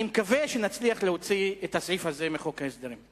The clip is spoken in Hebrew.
אני מקווה שנצליח להוציא את הסעיף הזה מחוק ההסדרים.